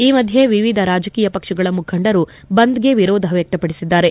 ಈ ಮಧ್ಯೆ ವಿವಿಧ ರಾಜಕೀಯ ಪಕ್ಷಗಳ ಮುಖಂಡರು ಬಂದ್ಗೆ ವಿರೋಧ ವ್ಯಕ್ತಪಡಿಸಿದ್ದಾರೆ